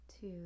two